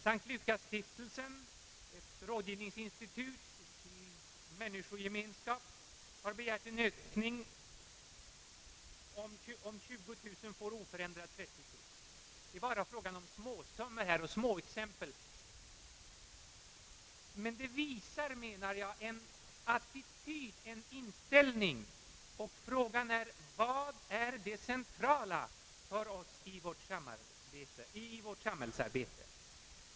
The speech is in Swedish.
Sankt Lukasstiftelsen, ett rådgivningsinstitut gällande människogemenskap, har begärt en ökning om 20000 men får oförändrat 30 009 kronor. Det är bara fråga om småsummor här, men exemplen visar en attityd, en inställning. Vad är det centrala för oss i vårt samhällsarbete?